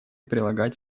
прилагать